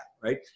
right